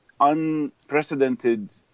unprecedented